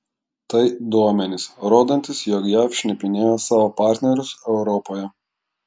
tai duomenys rodantys jog jav šnipinėjo savo partnerius europoje